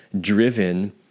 driven